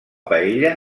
paella